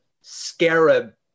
scarab